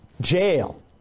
jail